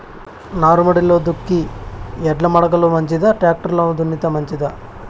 నారుమడిలో దుక్కి ఎడ్ల మడక లో మంచిదా, టాక్టర్ లో దున్నితే మంచిదా?